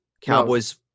Cowboys